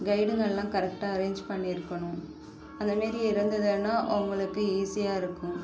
கைட்டுங்களா கரக்ட்டா அரேஞ் பண்ணிருக்கணும் அதேமாரி இருந்ததுதுனால் அவங்களுக்கு ஈஸியாக இருக்கும்